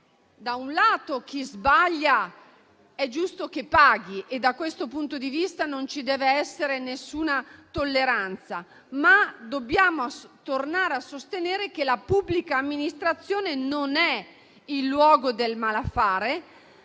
che chi sbaglia è giusto che paghi, e da questo punto di vista non ci deve essere nessuna tolleranza, ma dobbiamo tornare a sostenere che la pubblica amministrazione non è il luogo del malaffare.